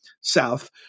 South